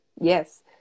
Yes